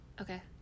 okay